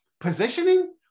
Positioning